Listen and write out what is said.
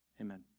Amen